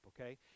Okay